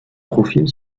profil